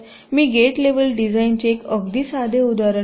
मी gate level डिझाइनचे एक अगदी साधे उदाहरण घेऊ